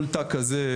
כל תא כזה,